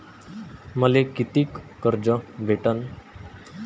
मले कितीक कर्ज भेटन?